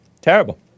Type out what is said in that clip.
Terrible